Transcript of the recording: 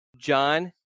John